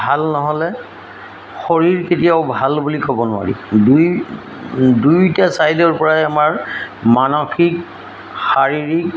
ভাল নহ'লে শৰীৰ কেতিয়াও ভাল বুলি ক'ব নোৱাৰি দুই দুইটা চাইডৰ পৰাই আমাৰ মানসিক শাৰীৰিক